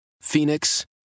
phoenix